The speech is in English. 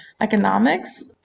economics